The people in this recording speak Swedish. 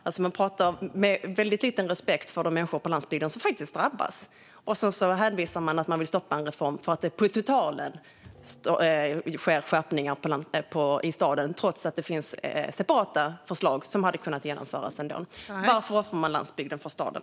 Man uttrycker sig alltså med väldigt liten respekt för de människor på landsbygden som faktiskt drabbas, och så hänvisar man till att man vill stoppa en reform för att det på totalen sker skärpningar i staden trots att det finns separata förslag som hade kunnat genomföras ändå. Varför offrar man landsbygden för staden?